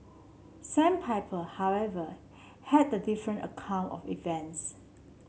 sandpiper however had a different account of events